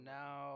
now